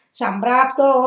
sambrapto